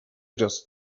just